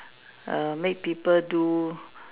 err make people do